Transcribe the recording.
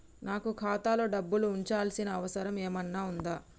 నాకు ఖాతాలో డబ్బులు ఉంచాల్సిన అవసరం ఏమన్నా ఉందా?